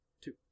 Two